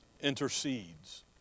intercedes